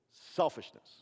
Selfishness